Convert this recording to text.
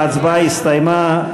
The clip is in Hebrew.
ההצבעה הסתיימה.